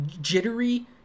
jittery